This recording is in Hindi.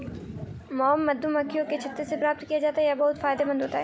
मॉम मधुमक्खियों के छत्ते से प्राप्त किया जाता है यह बहुत फायदेमंद होता है